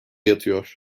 yatıyor